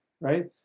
Right